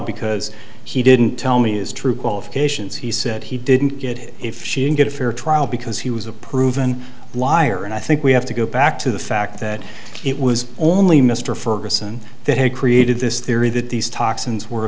because he didn't tell me is true qualifications he said he didn't get if she didn't get a fair trial because he was a proven liar and i think we have to go back to the fact that it was only mr ferguson that he created this theory that these toxins were a